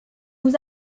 nous